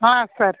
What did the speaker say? ಹಾಂ ಸರ್